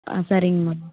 ஆ சரிங்கம்மா